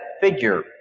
figure